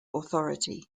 authority